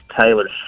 Taylor